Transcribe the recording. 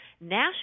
national